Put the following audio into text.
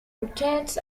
rotates